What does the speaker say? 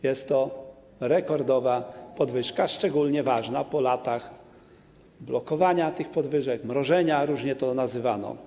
Jest to rekordowa podwyżka, szczególnie ważna po latach blokowania tych podwyżek, mrożenia - różnie to nazywano.